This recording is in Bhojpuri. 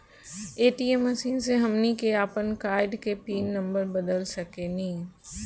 ए.टी.एम मशीन से हमनी के आपन कार्ड के पिन नम्बर बदल सके नी